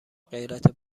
غیرت